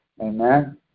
Amen